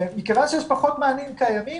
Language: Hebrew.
מכיוון שיש פחות מענים קיימים,